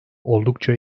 oldukça